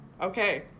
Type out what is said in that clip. Okay